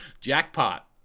jackpot